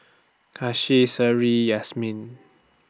Khalish Seri Yasmin